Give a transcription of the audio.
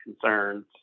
concerns